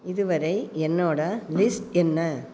இதுவரை என்னோடய லிஸ்ட் என்ன